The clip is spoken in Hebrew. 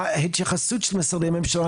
ההתייחסות של משרדי הממשלה,